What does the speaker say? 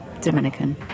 Dominican